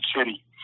city